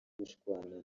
gushwana